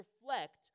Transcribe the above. reflect